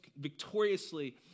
victoriously